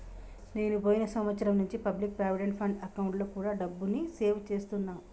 నేను పోయిన సంవత్సరం నుంచి పబ్లిక్ ప్రావిడెంట్ ఫండ్ అకౌంట్లో కూడా డబ్బుని సేవ్ చేస్తున్నా